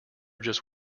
just